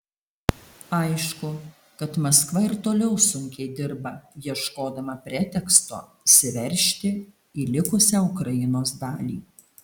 aišku kad maskva ir toliau sunkiai dirba ieškodama preteksto įsiveržti į likusią ukrainos dalį